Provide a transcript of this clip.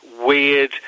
Weird